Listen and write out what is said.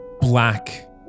black